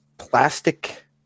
Plastic